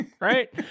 right